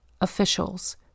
officials